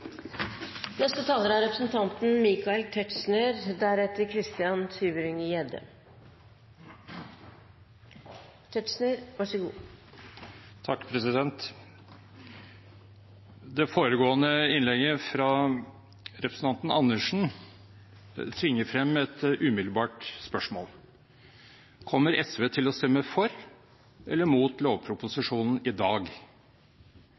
Det foregående innlegget fra representanten Andersen tvinger frem et umiddelbart spørsmål: Kommer SV til å stemme for eller mot lovproposisjonen i dag?